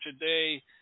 today